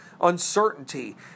uncertainty